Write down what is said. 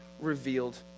revealed